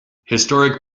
historic